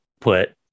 put